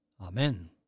Amen